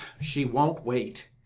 she won't wait.